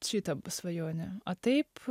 šita svajonė taip